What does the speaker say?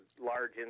large